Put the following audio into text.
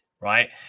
right